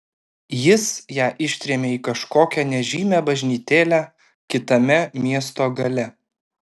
jis ją ištrėmė į kažkokią nežymią bažnytėlę kitame miesto gale